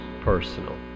personal